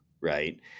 Right